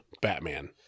Batman